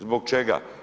Zbog čega?